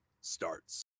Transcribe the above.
starts